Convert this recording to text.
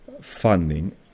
funding